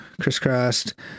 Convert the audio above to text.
crisscrossed